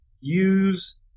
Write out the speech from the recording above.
use